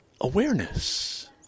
Awareness